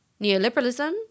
neoliberalism